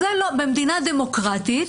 במדינה דמוקרטית,